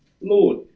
Lord